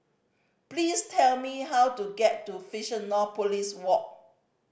please tell me how to get to Fusionopolis Walk